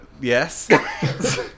Yes